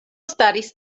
staris